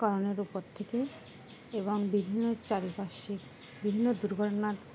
কারণের উপর থেকে এবং বিভিন্ন পারিপার্শ্বিক বিভিন্ন দুর্ঘটনার